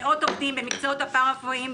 מאות עובדים במקצועות הפרא-רפואיים,